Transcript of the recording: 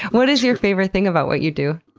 what is your favorite thing about what you do?